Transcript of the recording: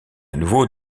nouveau